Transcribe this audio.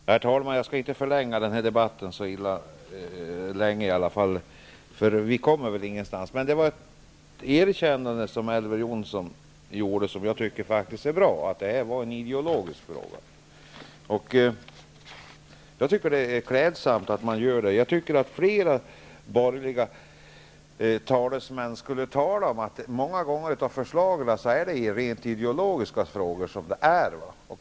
Herr talman! Jag skall inte förlänga denna debatt så mycket mer, eftersom vi förmodligen ändå inte kommer någonstans. Elver Jonsson gjorde emellertid ett erkännande, vilket jag tycker var bra, nämligen att detta är en ideologisk fråga. Jag tycker att det är klädsamt att Elver Jonsson gör det. Och flera borgerliga talesmän borde tala om att många av förslagen är rent ideologiska frågor.